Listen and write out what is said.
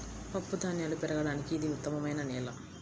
పప్పుధాన్యాలు పెరగడానికి ఇది ఉత్తమమైన నేల